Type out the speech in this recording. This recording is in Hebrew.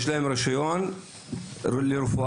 יש להם רישיון לרפואה,